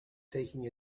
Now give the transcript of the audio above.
taking